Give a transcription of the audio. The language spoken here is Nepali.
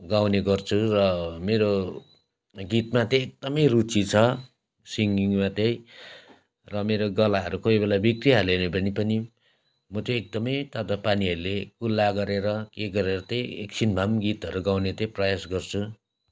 गाउने गर्छु र मेरो गीतमा चाहिँ एकदमै रुचि छ सिङ्गिङ्मा चाहिँ अँ मेरो गलाहरू कोही बेला बिग्रिइहाल्यो भने पनि म चाहिँ एकदमै तातो पानीहरूले कुल्ला गरेर के गरेर चाहिँ एकछिन भए पनि गीतहरू गाउने चाहिँ प्रयास गर्छु